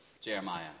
Jeremiah